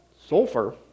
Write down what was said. Sulfur